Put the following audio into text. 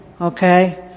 Okay